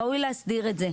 ראוי להסדיר את זה.